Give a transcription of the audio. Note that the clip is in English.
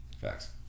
Facts